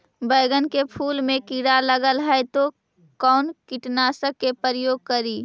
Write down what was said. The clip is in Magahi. बैगन के फुल मे कीड़ा लगल है तो कौन कीटनाशक के प्रयोग करि?